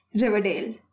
Riverdale